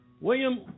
William